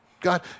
God